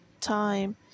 time